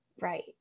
right